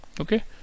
okay